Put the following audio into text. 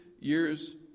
years